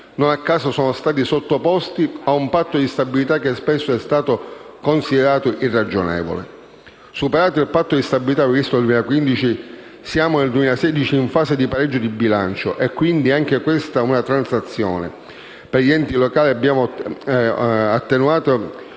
non a caso, sono stati sottoposti ad un Patto di stabilità che spesso è stato considerato irragionevole. Superato il Patto di stabilità previsto per il 2015, siamo nel 2016 in fase di pareggio di bilancio: è quindi anche questa una transizione; per gli enti locali abbiamo attenuato